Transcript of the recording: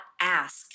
ask